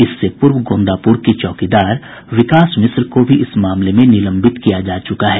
इससे पूर्व गोंदापूर के चौकीदार विकास मिश्र को भी इस मामले में निलंबित किया जा चुका है